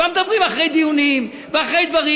כבר מדברים אחרי דיונים ואחרי דברים.